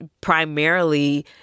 primarily